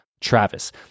Travis